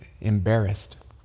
embarrassed